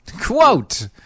Quote